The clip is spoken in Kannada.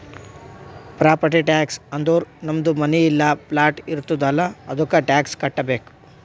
ಪ್ರಾಪರ್ಟಿ ಟ್ಯಾಕ್ಸ್ ಅಂದುರ್ ನಮ್ದು ಮನಿ ಇಲ್ಲಾ ಪ್ಲಾಟ್ ಇರ್ತುದ್ ಅಲ್ಲಾ ಅದ್ದುಕ ಟ್ಯಾಕ್ಸ್ ಕಟ್ಟಬೇಕ್